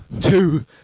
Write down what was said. two